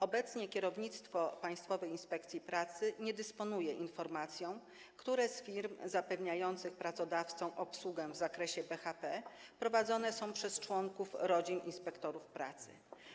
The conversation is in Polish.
Obecnie kierownictwo Państwowej Inspekcji Pracy nie dysponuje informacją, które z firm zapewniających pracodawcom obsługę w zakresie BHP są prowadzone przez członków rodzin inspektorów pracy.